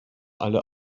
alle